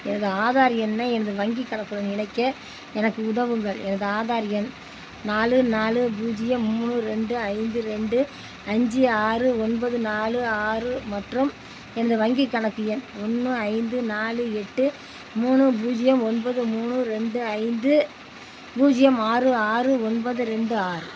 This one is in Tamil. எனது ஆதார் எண்ணை எனது வங்கிக் கணக்குடன் இணைக்க எனக்கு உதவுங்கள் எனது ஆதார் எண் நாலு நாலு பூஜ்ஜியம் மூணு ரெண்டு ஐந்து ரெண்டு அஞ்சு ஆறு ஒன்பது நாலு ஆறு மற்றும் எனது வங்கிக் கணக்கு எண் ஒன்று ஐந்து நாலு எட்டு மூணு பூஜ்ஜியம் ஒன்பது மூணு ரெண்டு ஐந்து பூஜ்ஜியம் ஆறு ஆறு ஒன்பது ரெண்டு ஆறு